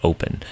Open